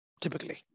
typically